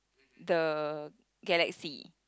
the galaxy